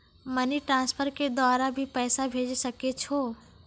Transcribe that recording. Money transfer के द्वारा भी पैसा भेजै सकै छौ?